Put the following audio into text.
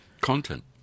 content